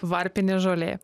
varpinė žolė